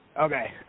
Okay